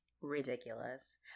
ridiculous